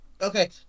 Okay